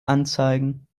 anzeigen